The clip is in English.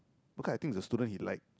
because I think it was a student he like